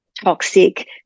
toxic